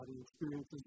experiences